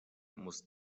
muss